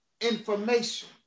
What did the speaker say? information